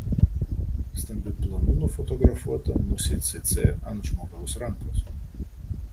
stambiu planu nufotografuota musė cėcė ant žmogaus rankos